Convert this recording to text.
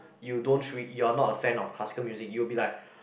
you don't tr~ you're not a fan of classical music you'll be like